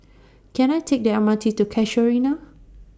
Can I Take The M R T to Casuarina